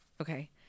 okay